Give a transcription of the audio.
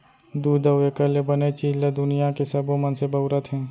दूद अउ एकर ले बने चीज ल दुनियां के सबो मनसे बउरत हें